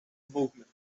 movement